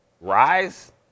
rise